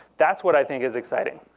that's what i think is exciting.